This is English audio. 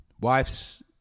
Wife's